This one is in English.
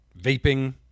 vaping